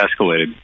escalated